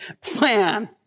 plan